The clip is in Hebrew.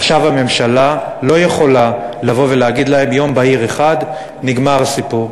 עכשיו הממשלה לא יכולה לבוא ולהגיד להם ביום בהיר אחד: נגמר הסיפור.